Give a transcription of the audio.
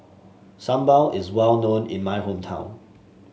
sambal is well known in my hometown